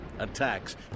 attacks